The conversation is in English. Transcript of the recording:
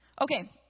Okay